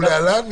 כן.